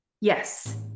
yes